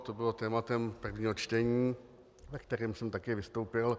To bylo tématem prvního čtení, ve kterém jsem také vystoupil.